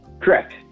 Correct